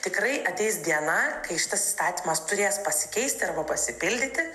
tikrai ateis diena kai šitas įstatymas turės pasikeisti arba pasipildyti